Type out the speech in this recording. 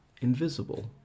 invisible